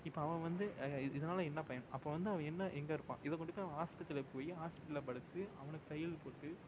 இப்போ அவன் வந்து இதனால் என்னப் பயன் அப்போ வந்து அவன் என்ன எங்கே இருப்பான் இதைக் கொண்டு தான் ஆஸ்பத்திரியில் போய் ஹாஸ்பிட்டலில் படுத்து அவனுக்குத் தையல் போட்டு